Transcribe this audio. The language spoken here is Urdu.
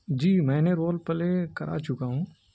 جی میں نے رول پلے کرا چکا ہوں